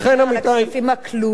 שלא לדבר על הכספים הכלואים,